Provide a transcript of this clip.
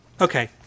Okay